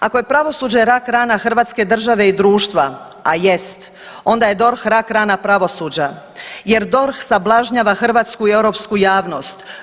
Ako je pravosuđe rak rana Hrvatske države i društva, a jest, onda je DORH rak rana pravosuđa, jer DORH sablažnjava hrvatsku i europsku javnost.